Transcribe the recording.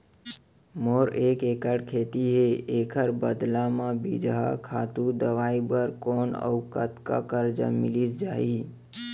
मोर एक एक्कड़ खेत हे, एखर बदला म बीजहा, खातू, दवई बर कोन अऊ कतका करजा मिलिस जाही?